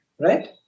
right